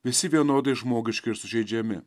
visi vienodai žmogiški ir sužeidžiami